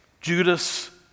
Judas